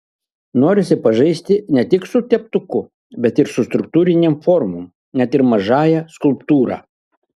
norisi pažaisti ne tik su teptuku bet ir struktūrinėm formom net ir mažąja skulptūra